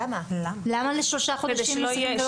למה לשלושה חודשים נוספים?